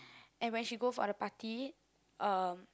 and when she go for the party uh